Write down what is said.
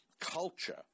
culture